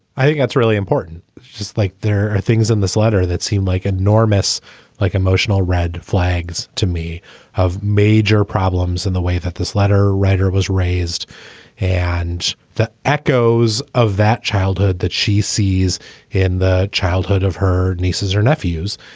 i think that's really important. just like there are things in this letter that seem like an enormous like emotional red flags to me of major problems in the way that this letter writer was raised and the echoes of that childhood that she sees in the childhood of her nieces or nephews.